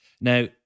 Now